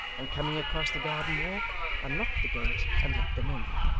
and coming across the garden-walk, unlocked the gate and let them in.